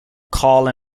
call